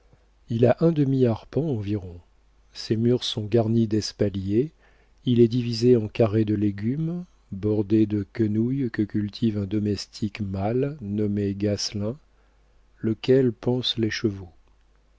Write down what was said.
il a un demi-arpent environ ses murs sont garnis d'espaliers il est divisé en carrés de légumes bordés de quenouilles que cultive un domestique mâle nommé gasselin lequel panse les chevaux